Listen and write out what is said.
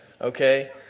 okay